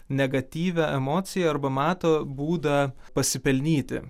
negatyvią emociją arba mato būdą pasipelnyti